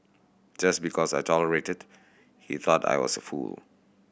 just because I tolerated he thought I was a fool